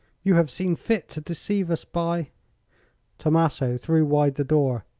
you have seen fit to deceive us by tommaso threw wide the door.